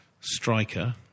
striker